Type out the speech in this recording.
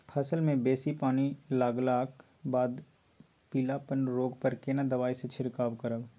फसल मे बेसी पानी लागलाक बाद पीलापन रोग पर केना दबाई से छिरकाव करब?